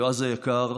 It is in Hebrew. יועז היקר,